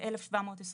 זה 1,723